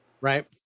right